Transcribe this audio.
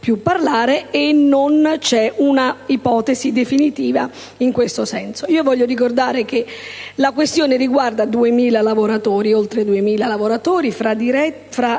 manca un'ipotesi definitiva in tal senso. Voglio ricordare che la questione riguarda oltre 2000 lavoratori, tra